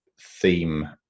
theme